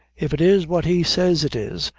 if it is what he says it is,